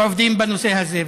שעובדים בנושא הזה.